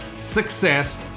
success